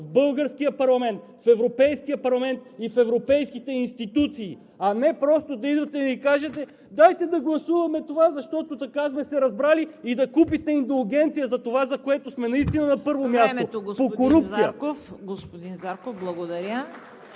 в българския парламент, в Европейския парламент и в европейските институции, а не просто да идвате и да ни кажете: „Дайте да гласуваме това, защото така сме се разбрали“, и да купите индулгенция за това, което сме наистина на първо място. ПРЕДСЕДАТЕЛ ЦВЕТА КАРАЯНЧЕВА: